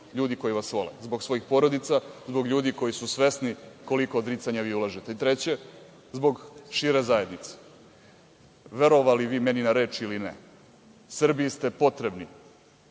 ljudi koji vas vole, zbog svojih porodica, zbog ljudi koji su svesni koliko odricanja vi ulažete, i treće zbog šire zajednice. Verovali vi meni na reč ili ne, Srbiji ste potrebni,